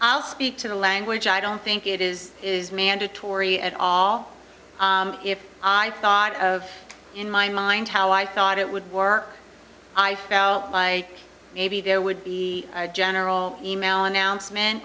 i'll speak to the language i don't think it is is mandatory at all if i thought of in my mind how i thought it would work i fell maybe there would be a general email announcement